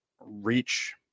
reach